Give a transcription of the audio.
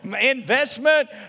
Investment